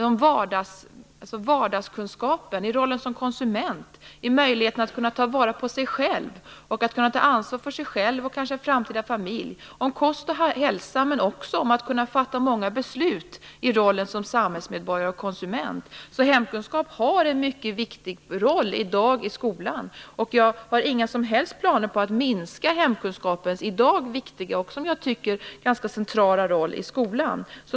Det handlar om vardagskunskapen, rollen som konsument, möjligheten att ta tillvara på sig själv och ta ansvar för sig själv och kanske en framtida familj. Det handlar om kost och hälsa men också om att kunna fatta många beslut i rollen som samhällsmedborgare och konsument. Hemkunskap har alltså en mycket viktig roll i dag i skolan. Jag har inga som helst planer på att minska hemkunskapens i dag viktiga och ganska centrala roll i skolan.